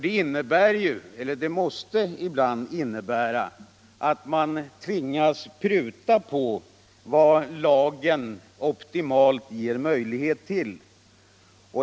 Det måste ju nämligen ibland innebära att man tvingas pruta på vad lagen optimalt ger möjlighet till.